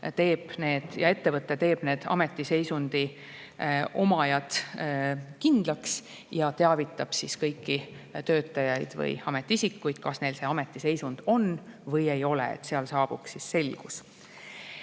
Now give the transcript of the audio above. ettevõte teeb ametiseisundi omajad kindlaks ja teavitab kõiki töötajaid või ametiisikuid sellest, kas neil ametiseisund on või ei ole, et saabuks selgus.